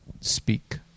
speak